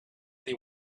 they